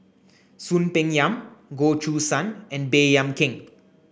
Soon Peng Yam Goh Choo San and Baey Yam Keng